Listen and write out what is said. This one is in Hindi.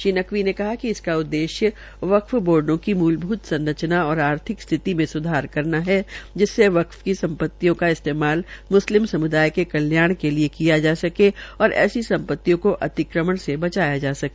श्री नकवी ने कहा कि इसका उददेश्य वक्फ बोर्डो की मूलभूत संरचना और आर्थिक स्थिति मे सुधार करना है जिससे वक्फ की संम्पतियों का इस्तेमाल समुदाय मुस्लिम समुदाय के कल्याण के लिये किया जा सकेगा और ऐसी संपतियों के अतिक्रमण से बचाया जा सके